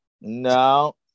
No